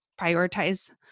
prioritize